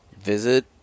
visit